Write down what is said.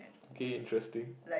okay interesting